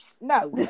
No